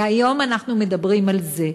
והיום אנחנו מדברים על זה.